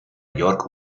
york